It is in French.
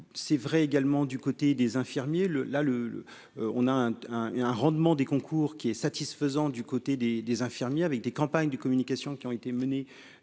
c'est vrai également du côté des infirmiers le la, le, le, on a un et un rendement des concours qui est satisfaisant du côté des des infirmiers avec des campagnes de communication qui ont été menées